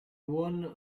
won